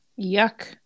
yuck